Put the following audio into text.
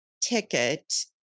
ticket